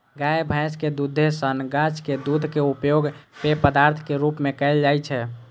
गाय, भैंसक दूधे सन गाछक दूध के उपयोग पेय पदार्थक रूप मे कैल जाइ छै